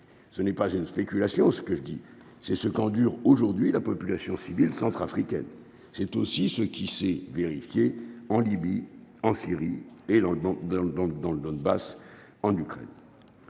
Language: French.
ce n'est pas une spéculation ce que je dis, c'est ce qu'endure aujourd'hui la population civile centrafricaine, c'est aussi ce qui s'est vérifié en Libye, en Syrie et dans donc dans le dans